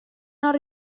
non